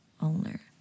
owner